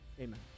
amen